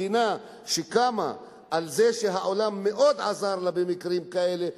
מדינה שקמה על זה שהעולם מאוד עזר לה במקרים כאלה,